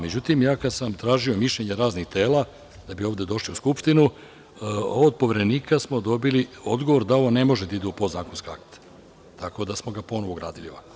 Međutim, ja kad sam tražio mišljenje raznih tela da bi ovde došli u Skupštinu, od ovog poverenika smo dobili odgovor da ovo ne može da ide u podzakonske akte, tako da smo ga ponovo uradili ovako.